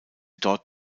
dort